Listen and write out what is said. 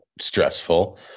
stressful